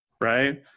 right